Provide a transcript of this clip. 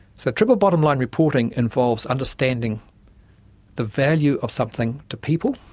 so triple bottom line reporting involves understanding the value of something to people,